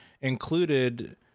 included